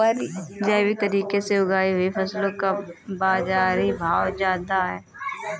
जैविक तरीके से उगाई हुई फसलों का बाज़ारी भाव ज़्यादा है